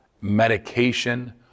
medication